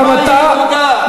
שפה ירודה,